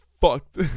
fucked